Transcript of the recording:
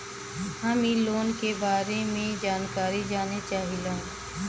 हम इ लोन के बारे मे जानकारी जाने चाहीला?